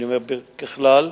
אני אומר, ככלל,